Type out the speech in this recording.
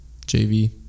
JV